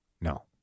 No